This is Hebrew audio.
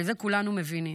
את זה כולנו מבינים,